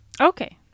Okay